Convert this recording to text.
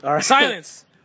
Silence